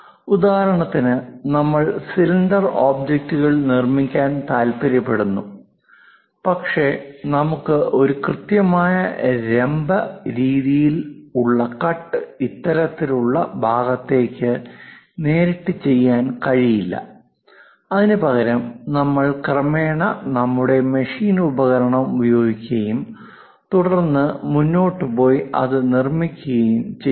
ഉദാഹരണത്തിന് നിങ്ങൾ സിലിണ്ടർ ഒബ്ജക്റ്റുകൾ നിർമ്മിക്കാൻ താൽപ്പര്യപ്പെടുന്നു പക്ഷേ നമുക്ക് ഒരു കൃത്യമായ ലംബ രീതിയിൽ ഉള്ള കട്ട് ഇത്തരത്തിലുള്ള ഭാഗത്തേക്ക് നേരിട്ട് ചെയ്യാൻ കഴിയില്ല അതിനുപകരം നമ്മൾ ക്രമേണ നമ്മുടെ മെഷീൻ ഉപകരണം ഉപയോഗിക്കുകയും തുടർന്ന് മുന്നോട്ട് പോയി അത് നിർമ്മിക്കുകയും ചെയ്യുന്നു